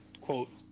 quote